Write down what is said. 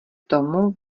tomu